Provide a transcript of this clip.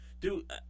Dude